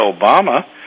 Obama